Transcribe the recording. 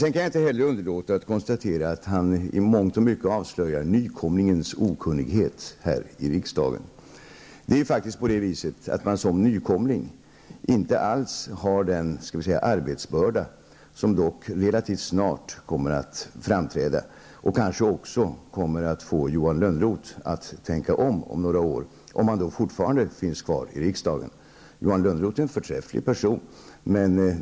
Sedan kan jag inte heller underlåta att konstatera att Johan Lönnroth i mångt och mycket avslöjar nykomlingens okunnighet här i riksdagen. Det är faktiskt på det viset att man som nykomling inte alls har den arbetsbörda som dock relativt snart kommer att framträda och som kanske också kommer att få Johan Lönnroth att om några år tänka om i arvodesfrågan, om han då fortfarande finns kvar i riksdagen. Johan Lönnroth är en förträfflig person.